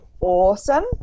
Awesome